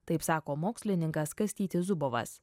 taip sako mokslininkas kastytis zubovas